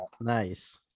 nice